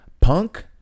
Punk